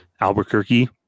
Albuquerque